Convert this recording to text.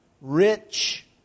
rich